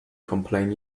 complain